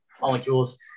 molecules